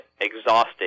exhausted